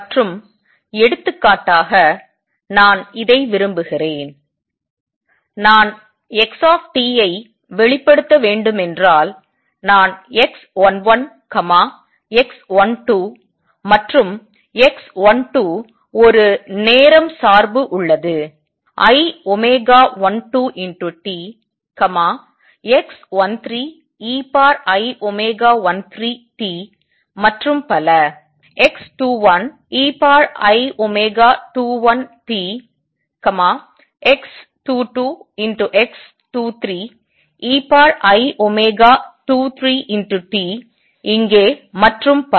மற்றும் எடுத்துக்காட்டாக நான் இதை விரும்புகிறேன் நான் x ஐ வெளிப்படுத்த வேண்டும் என்றால் நான் x 11 x12 and x12 ஒரு நேரம் சார்பு உள்ளது i 12t x13 ei13t மற்றும் பல x21 ei21t x22 x23 ei23t இங்கே மற்றும் பல